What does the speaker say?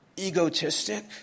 Egotistic